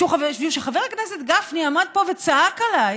משום שחבר הכנסת גפני צעק עליי